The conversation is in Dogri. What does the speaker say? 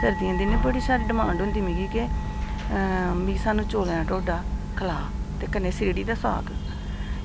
करदियां ते दिनें बड़ी सारी डिमांड होंदी मिगी गै ते मिगी सानूं चौलें दा ढोड्ढा खला ते कन्नै स्रीढ़ी दा साग